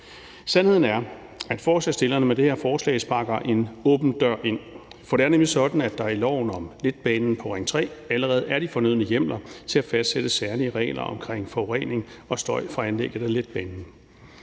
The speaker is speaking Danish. med det her forslag sparker en åben dør ind. For det er nemlig sådan, at der i loven om letbanen på Ring 3 allerede er de fornødne hjemler til at fastsætte særlige regler omkring forurening og støj fra anlægget af letbanen.